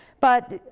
but,